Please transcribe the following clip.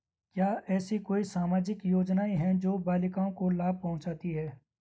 क्या ऐसी कोई सामाजिक योजनाएँ हैं जो बालिकाओं को लाभ पहुँचाती हैं?